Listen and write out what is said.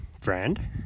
friend